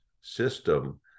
system